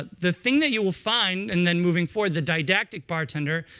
ah the thing that you will find, and then moving forward, the didactic bartender,